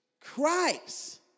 Christ